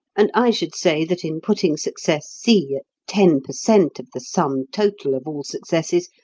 and i should say that in putting success c at ten per cent. of the sum total of all successes,